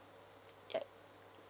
yup